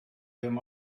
him